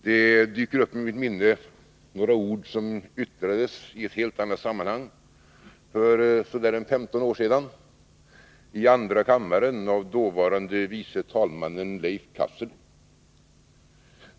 Det dyker upp i mitt minne några ord som för så där 15 år sedan yttrades i ett helt annat sammanhang i andra kammaren av dåvarande vice talmannen Leif Cassel.